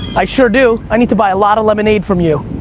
i sure do, i need to buy a lot of lemonade from you.